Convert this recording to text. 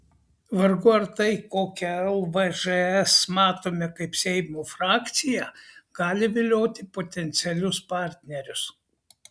vargu ar tai kokią lvžs matome kaip seimo frakciją gali vilioti potencialius partnerius